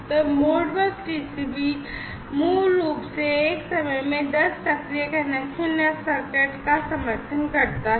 तो Modbus TCP मूल रूप से एक समय में 10 सक्रिय कनेक्शन या सॉकेट का समर्थन करता है